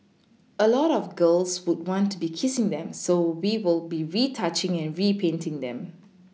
a lot of girls would want to be kissing them so we will be retouching and repainting them